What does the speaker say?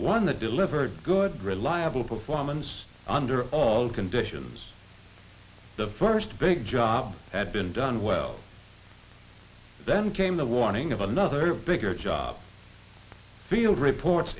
one that delivered good reliable performance under all conditions the first big job had been done well then came the warning of another bigger job field reports